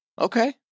Okay